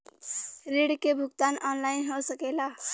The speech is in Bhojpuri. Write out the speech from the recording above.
ऋण के भुगतान ऑनलाइन हो सकेला?